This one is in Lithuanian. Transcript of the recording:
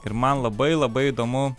ir man labai labai įdomu